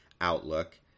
outlook